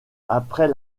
après